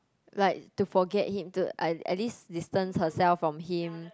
like to forget him to at at least distance herself from him